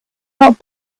not